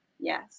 Yes